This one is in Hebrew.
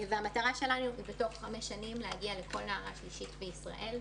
המטרה שלנו היא להגיע בתוך חמש שנים לכל נערה שלישית בישראל.